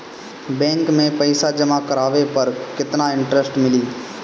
Bank में पईसा जमा करवाये पर केतना इन्टरेस्ट मिली?